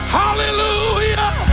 hallelujah